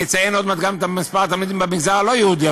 אני אציין עוד מעט גם את מספר התלמידים במגזר הלא-יהודי,